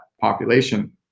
population